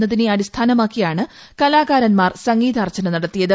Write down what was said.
എന്നതിനെ അടിസ്ഥാനമാക്കിയാണ് കലാകാരന്മാർ സംഗീതാർച്ചന നടത്തിയത്